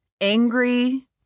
angry